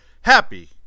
happy